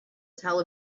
tell